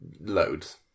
Loads